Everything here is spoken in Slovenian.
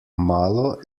malo